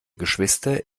geschwister